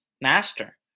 master